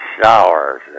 showers